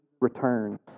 returns